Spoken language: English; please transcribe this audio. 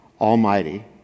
Almighty